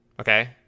okay